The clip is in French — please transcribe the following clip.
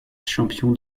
champion